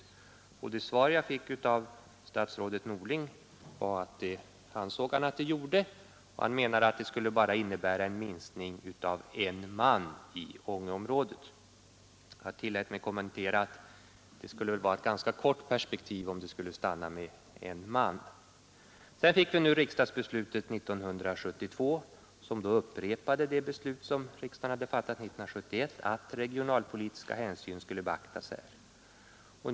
Jag fick det svaret av statsrådet Norling att det ansåg han att det gjorde. Han sade vidare att det skulle ske en minskning med bara en man i Ångeområdet. Jag tillät mig kommentera att det väl skulle vara i ett ganska kort perspektiv om det skulle stanna med en man. Sedan fick vi riksdagsbeslutet 1972, som upprepade det beslut som riksdagen hade fattat 1971 om att regionalpolitiska hänsyn skulle beaktas.